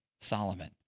Solomon